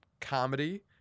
comedy